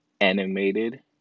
animated